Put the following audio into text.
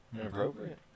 inappropriate